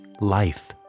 life